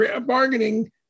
bargaining